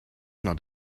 not